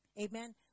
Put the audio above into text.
Amen